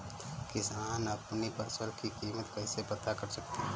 किसान अपनी फसल की कीमत कैसे पता कर सकते हैं?